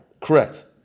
Correct